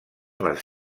les